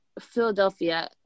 Philadelphia